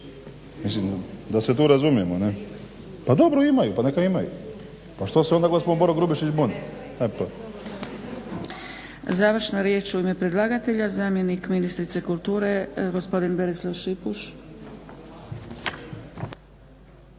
… /Upadica se ne razumije./… Pa dobro imaju, pa neka imaju. Pa što se onda gospon Boro Grubišić buni? **Zgrebec, Dragica (SDP)** Završna riječ u ime predlagatelja zamjenik ministrice kulture gospodin Berislav Šipuš.